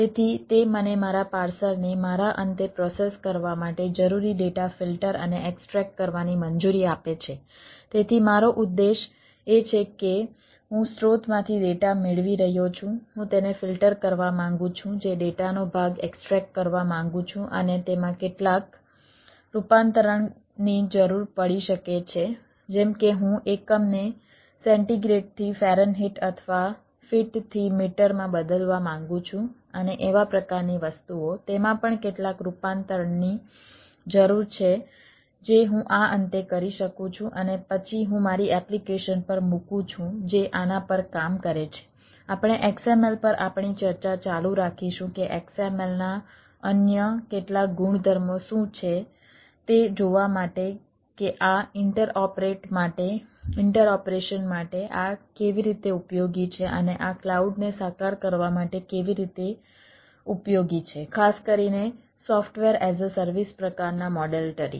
તેથી તે મને મારા પાર્સરને મારા અંતે પ્રોસેસ કરવા માટે જરૂરી ડેટા ફિલ્ટર પ્રકારના મોડેલ તરીકે